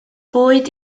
boed